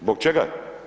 Zbog čega?